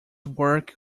work